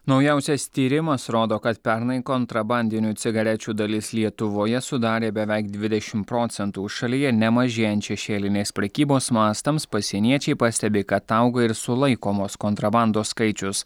naujausias tyrimas rodo kad pernai kontrabandinių cigarečių dalis lietuvoje sudarė beveik dvidešim procentų šalyje nemažėjant šešėlinės prekybos mastams pasieniečiai pastebi kad auga ir sulaikomos kontrabandos skaičius